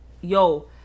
Yo